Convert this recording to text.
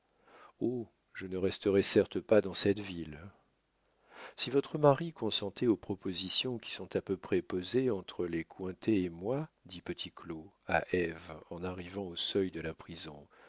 je ne resterai certes pas dans cette ville si votre mari consentait aux propositions qui sont à peu près posées entre les cointet et moi dit petit claud à ève en arrivant au seuil de la prison